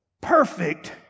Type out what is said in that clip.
perfect